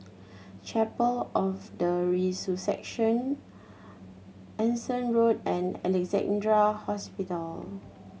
Chapel of the Resurrection Anson Road and Alexandra Hospital